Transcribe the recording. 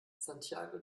santiago